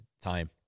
time